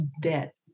debt